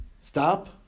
Stop